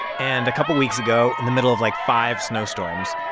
and a couple of weeks ago, in the middle of, like, five snowstorms,